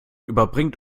überbringt